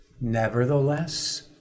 Nevertheless